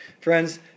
Friends